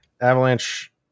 Avalanche